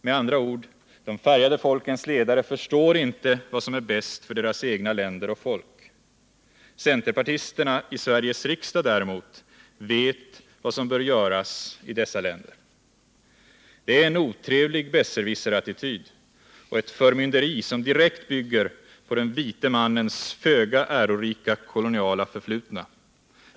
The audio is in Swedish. Med andra ord: De färgade folkens ledare förstår inte vad som är bäst för deras egna länder och folk. Centerpartisterna i Sveriges riksdag däremot vet vad som bör göras i dessa länder. Det är en otrevlig besserwisserattityd och ett förmynderi, som direkt bygger på den vite mannens föga ärorika koloniala förflutna.